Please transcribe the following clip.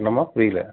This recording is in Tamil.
என்னம்மா புரியலை